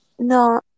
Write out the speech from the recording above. No